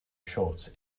shorts